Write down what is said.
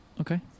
Okay